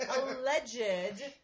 Alleged